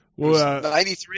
93